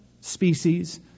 species